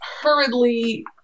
hurriedly